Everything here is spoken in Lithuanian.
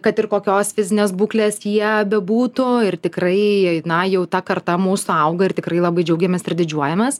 kad ir kokios fizinės būklės jie bebūtų ir tikrai na jau ta karta mūsų auga ir tikrai labai džiaugiamės didžiuojamės